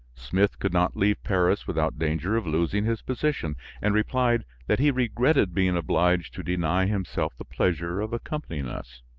smith could not leave paris without danger of losing his position and replied that he regretted being obliged to deny himself the pleasure of accompanying us.